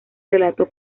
relato